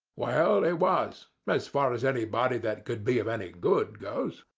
well, it was, as far as anybody that could be of any good goes.